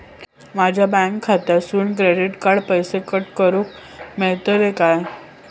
माझ्या बँक खात्यासून डायरेक्ट पैसे कट करूक मेलतले काय?